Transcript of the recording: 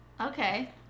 okay